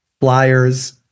flyers